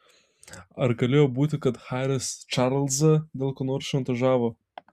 ar galėjo būti kad haris čarlzą dėl ko nors šantažavo